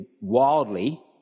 wildly